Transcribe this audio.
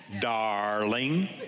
darling